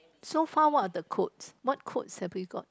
so far what are the codes what codes have we got